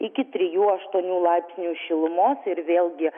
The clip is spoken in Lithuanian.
iki trijų aštuonių laipsnių šilumos ir vėl gi